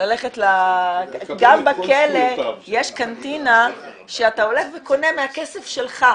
ללכת --- גם בכלא יש קנטינה שאתה הולך וקונה מהכסף שלך.